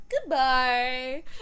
Goodbye